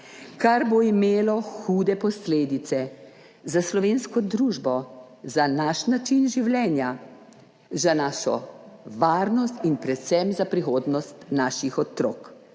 kar bo imelo hude posledice za slovensko družbo, za naš način življenja, za našo varnost in predvsem za prihodnost naših otrok.